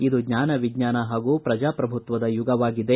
ಇದು ಜ್ವಾನ ವಿಜ್ವಾನ ಹಾಗೂ ಪ್ರಜಾಪ್ರಭುತ್ವದ ಯುಗವಾಗಿದೆ